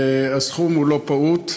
הסכום הוא לא פעוט.